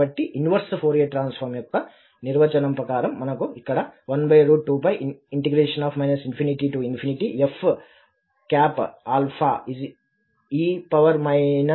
కాబట్టి inverse Fourier transform యొక్క నిర్వచనం ప్రకారం మనకు అక్కడ 12∫ ∞ fˆe iαxdα ఉంది